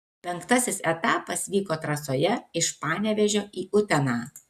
penktasis etapas vyko trasoje iš panevėžio į uteną